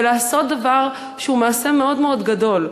ולעשות דבר שהוא למעשה מאוד גדול,